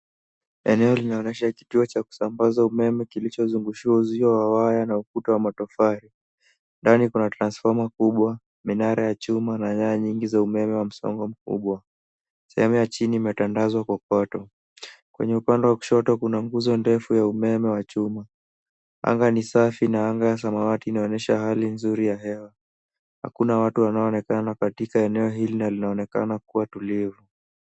Eneo linaonyesha kituo cha kusambaza umeme kilichozungushiwa uzio wa waya na ukuta wa matofali. Ndani kuna transfoma kubwa, minara ya chuma, na nyaya nyingi za umeme wa msongo mkubwa. Sehemu ya chini imetandazwa kokoto. Kwenye upande wa kushoto kuna nguzo ndefu ya umeme wa chuma. Anga ni safi na anga ya samawati, inaonyesha hali nzuri ya hewa. Hakuna watu wanaoonekana katika eneo hili na linaonekana kuwa tulivu.